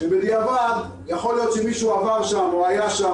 שבדיעבד יכול להיות שמישהו עבר שם או היה שם